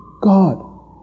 God